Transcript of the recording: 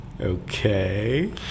Okay